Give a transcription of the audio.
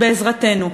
בעזרתנו.